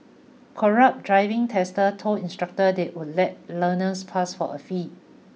corrupt driving testers told instructors they would let learners pass for a fee